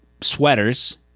sweaters